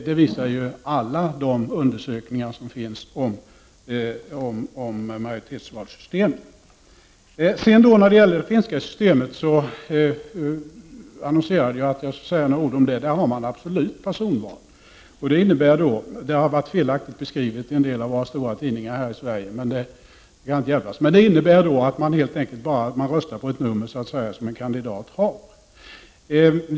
Det visar alla de undersökningar som har gjorts om majoritetsvalsystemet. Jag annonserade att jag skulle säga några ord om det finska systemet. Där har man absolut personval, och det innebär — detta har beskrivits felaktigt i en del av de stora tidningarna här i Sverige — att man helt enkelt röstar på ett nummer som en kandidat har.